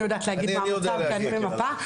אני יודעת להגיד מה המצב כי אני ממפה,